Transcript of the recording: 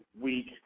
week